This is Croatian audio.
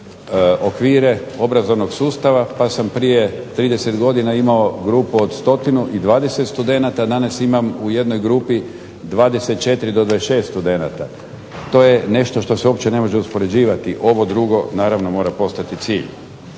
okvire obrazovnog sustava pa sam prije 30 godina imao grupu od 120 studenata, a danas imam u jednoj grupi 24 do 26 studenata. To je nešto što se uopće ne može uspoređivati. Ovo drugo naravno mora postati cilj.